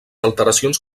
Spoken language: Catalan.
alteracions